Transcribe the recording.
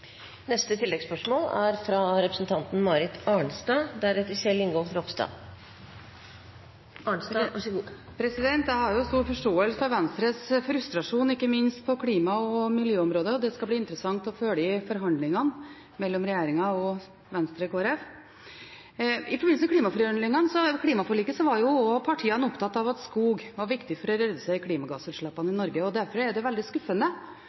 Marit Arnstad – til oppfølgingsspørsmål. Jeg har stor forståelse for Venstres frustrasjon, ikke minst på klima- og miljøområdet. Det skal bli interessant å følge forhandlingene mellom regjeringen og Venstre og Kristelig Folkeparti. I forbindelse med klimaforliket var partiene opptatt av at skog var viktig for å redusere klimagassutslippene i Norge, og derfor er det veldig skuffende